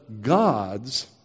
God's